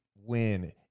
win